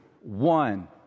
One